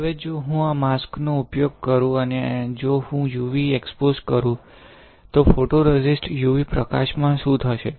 હવે જો હું આ માસ્ક નો ઉપયોગ કરું અને જો હું UV એક્સપોઝ કરું તો ફોટોરેઝિસ્ટ નુ UV પ્રકાશમાં શું થશે